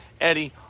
Eddie